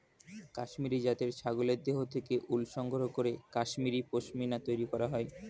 কাশ্মীরি জাতের ছাগলের দেহ থেকে উল সংগ্রহ করে কাশ্মীরি পশ্মিনা তৈরি করা হয়